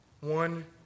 One